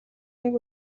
нэг